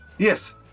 Yes